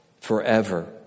forever